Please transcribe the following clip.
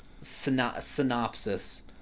synopsis